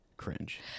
cringe